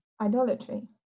Idolatry